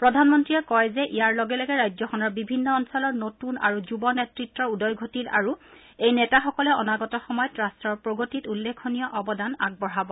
প্ৰধানমন্ত্ৰীয়ে কয় যে ইয়াৰ লগে লগে ৰাজ্যখনৰ বিভিন্ন অঞ্চলৰ নতন আৰু যুৱ নেতৃত্বৰ উদয় ঘটিল আৰু এই নেতাসকলে অনাগত সময়ত ৰাষ্ট্ৰৰ প্ৰগতিত উল্লেখনীয় অৱদান আগবঢ়াব